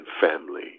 family